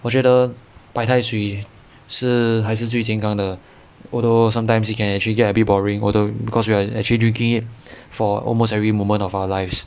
我觉得白开水是还是最健康的 although sometimes it can actually get a bit boring although because we are actually drinking it for almost every moment of our lives